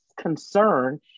concern